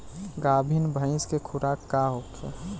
गाभिन भैंस के खुराक का होखे?